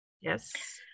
Yes